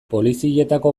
polizietako